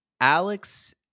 Alex